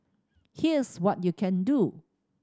here's what you can do